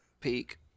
peak